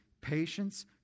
patience